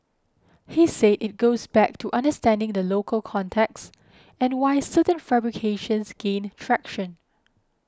he say it goes back to understanding the local context and why certain fabrications gain traction